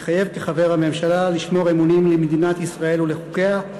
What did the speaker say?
מתחייב כחבר הממשלה לשמור אמונים למדינת ישראל ולחוקיה,